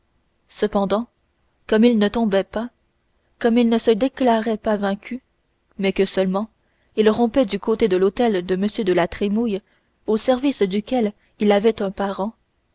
cependant comme il ne tombait pas comme il ne se déclarait pas vaincu mais que seulement il rompait du côté de l'hôtel de m de la trémouille au service duquel il avait un parent